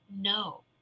no